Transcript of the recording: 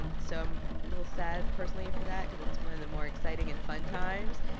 so i'm a little sad, personally, for that because it's one of the more exciting and fun times.